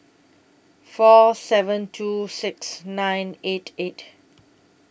four seven two six nine eight eight